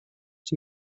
phd